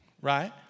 right